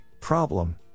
problem